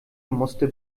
musste